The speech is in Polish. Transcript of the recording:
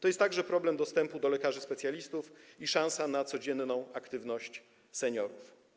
To jest także problem dostępu do lekarzy specjalistów i kwestia szansy na codzienną aktywność seniorów.